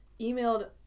emailed